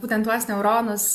būtent tuos neuronus